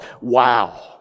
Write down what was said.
Wow